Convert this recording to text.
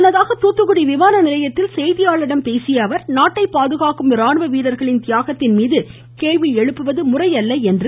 முன்னதாக தூத்துக்குடி விமான நிலையத்தில் செய்தியாளர்களிடம் பேசியஅவர் நாட்டைப் பாதுகாக்கும் ராணுவ வீரர்களின் தியாகத்தின்மீது கேள்வி எழுப்புவது முறையல்ல என்று திரு